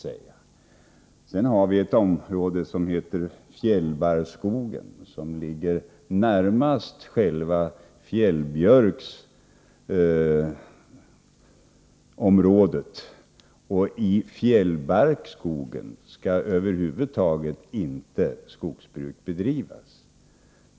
Sedan har vi ett område som heter fjällbarrskogen och som ligger närmast själva fjällbjörksområdet. I fjällbarrskogen skall över huvud taget inte skogsbruk bedrivas.